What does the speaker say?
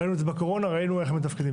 ראינו את זה בקורונה, ראינו איך הם מתפקדים.